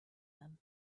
them